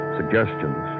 suggestions